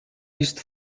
ist